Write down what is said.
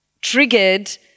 triggered